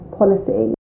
policy